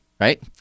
right